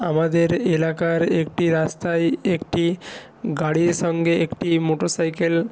আমাদের এলাকার একটি রাস্তায় একটি গাড়ির সঙ্গে একটি মোটর সাইকেল